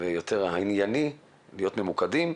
והענייני ולהיות ממוקדים.